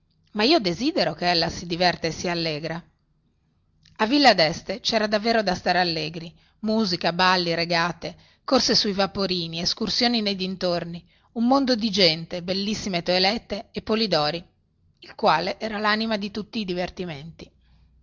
ma io desidero che ella si diverta e sia allegra a villa deste cera davvero da stare allegri musica balli regate corse sui vaporini escursioni nei dintorni un mondo di gente bellissime toelette e polidori il quale era lanima di tutti i divertimenti